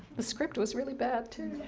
the script was really bad too.